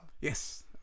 yes